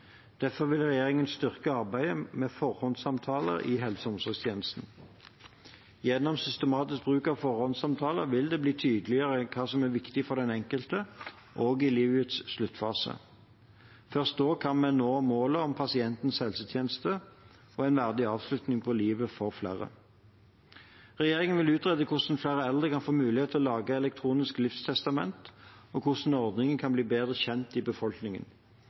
Derfor vil regjeringen styrke arbeidet med forhåndssamtaler i helse- og omsorgstjenesten. Gjennom systematisk bruk av forhåndssamtaler vil det bli tydeligere hva som er viktig for den enkelte, også i livets sluttfase. Først da kan vi nå målet om pasientens helsetjeneste – og en verdig avslutning på livet for flere. Regjeringen vil utrede hvordan flere eldre kan få muligheten til å lage elektronisk livstestament, og hvordan ordningen kan bli bedre kjent i befolkningen.